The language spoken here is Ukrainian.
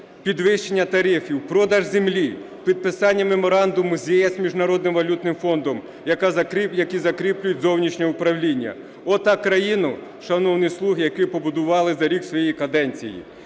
підвищення тарифів, продаж землі, підписання Меморандуму з ЄС, Міжнародним валютним фондом, які закріплюють зовнішнє управління. От таку країну шановні "слуги" побудували за рік своєї каденції.